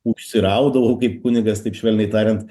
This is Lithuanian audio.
užsiraudavau kaip kunigas taip švelniai tariant